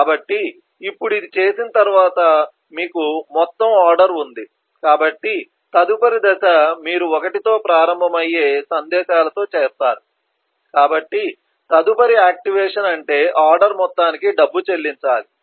కాబట్టి ఇప్పుడు ఇది చేసిన తర్వాత మీకు మొత్తం ఆర్డర్ ఉంది కాబట్టి తదుపరి దశ మీరు 1 తో ప్రారంభమయ్యే సందేశాలతో చేసారు కాబట్టి తదుపరి ఆక్టివేషన్ అంటే ఆర్డర్ మొత్తానికి డబ్బు చెల్లించాలి